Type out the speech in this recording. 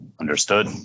Understood